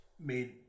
made